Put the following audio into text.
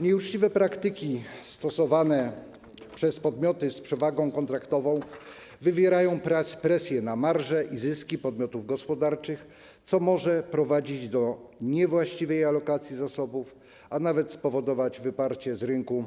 Nieuczciwe praktyki stosowane przez podmioty z przewagą kontraktową wywierają presję na marże i zyski podmiotów gospodarczych, co może prowadzić do niewłaściwej alokacji zasobów, a nawet spowodować wyparcie z rynku